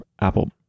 Apple